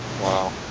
Wow